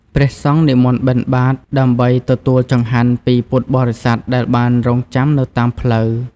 ព្រះសង្ឃនិមន្តបិណ្ឌបាត ដើម្បីទទួលចង្ហាន់ពីពុទ្ធបរិស័ទដែលបានរង់ចាំនៅតាមផ្លូវ។